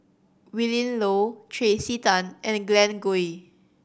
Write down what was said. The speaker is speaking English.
Willin Low Tracey Tan and Glen Goei